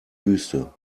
wüste